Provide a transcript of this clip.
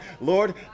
Lord